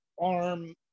arm